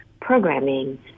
programming